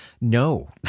no